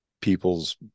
people's